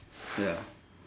ya